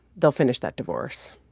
they'll finish that divorce